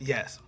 Yes